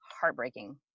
heartbreaking